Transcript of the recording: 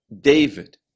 David